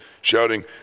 shouting